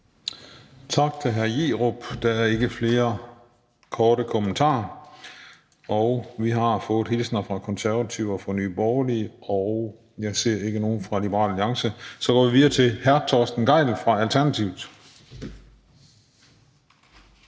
Tak til hr. Bruno Jerup. Der er ikke flere korte bemærkninger. Og vi har fået hilsner fra Konservative og fra Nye Borgerlige, og jeg ser ikke nogen fra Liberal Alliance, så vi går videre til hr. Torsten Gejl fra Alternativet.